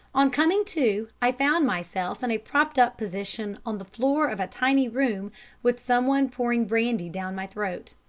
on coming to i found myself in a propped-up position on the floor of a tiny room with someone pouring brandy down my throat.